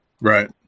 Right